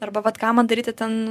arba vat ką man daryti ten